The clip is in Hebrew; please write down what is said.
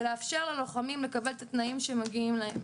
לאפשר ללוחמים לקבל את התנאים שמגיעים להם.